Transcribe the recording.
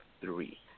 three